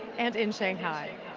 and in shanghai.